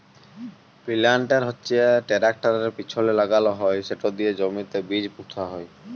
পিলান্টের হচ্যে টেরাকটরের পিছলে লাগাল হয় সেট দিয়ে জমিতে বীজ পুঁতা হয়